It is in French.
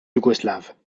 yougoslave